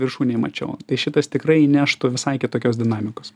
viršūnėj mačiau tai šitas tikrai įneštų visai kitokios dinamikos